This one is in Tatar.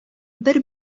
бер